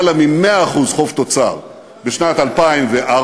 יותר מ-100% חוב תוצר בשנת 2003,